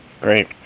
Great